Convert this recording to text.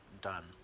Done